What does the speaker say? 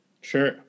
Sure